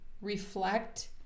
reflect